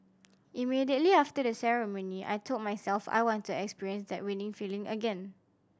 immediately after the ceremony I told myself I want to experience that winning feeling again